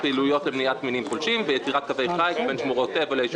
פעילויות למניעת מינים פולשים ויצירת קווי חיץ בין שמורות טבע לישובים.